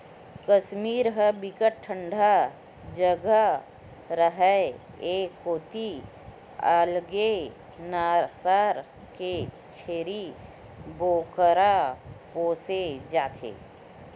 कस्मीर ह बिकट ठंडा जघा हरय ए कोती अलगे नसल के छेरी बोकरा पोसे जाथे